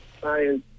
science